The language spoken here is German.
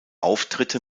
auftritte